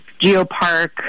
Geopark